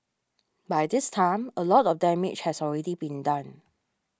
by this time a lot of damage has already been done